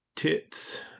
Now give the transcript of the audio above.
tits